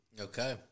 Okay